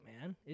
man